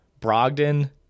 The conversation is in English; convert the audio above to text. brogdon